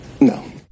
No